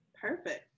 Perfect